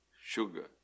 sugar